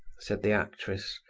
said the actress.